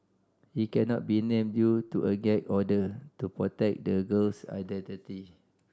he cannot be named due to a gag order to protect the girl's identity